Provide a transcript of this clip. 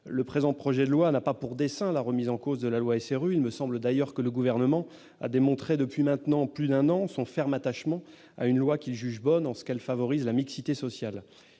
Le présent projet de loi n'a pas pour dessein la remise en cause de la loi SRU. Il me semble d'ailleurs que le Gouvernement a démontré, depuis maintenant plus d'un an, son ferme attachement à une loi qu'il juge bonne, en ce qu'elle favorise la mixité sociale.